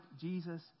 Jesus